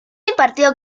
impartido